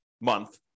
month